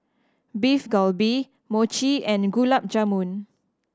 Beef Galbi Mochi and Gulab Jamun